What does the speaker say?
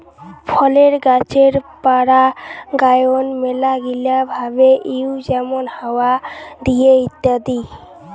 ফলের গাছের পরাগায়ন মেলাগিলা ভাবে হউ যেমন হাওয়া দিয়ে ইত্যাদি